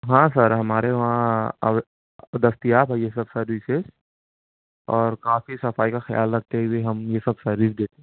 ہاں سر ہمارے وہاں اب دستیاب ہے یہ سب سروسز اور کافی صفائی کا خیال رکھتے ہوئے ہم یہ سب سروس دیتے